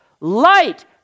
Light